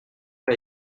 pas